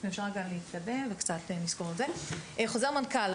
חוזר מנכ"ל,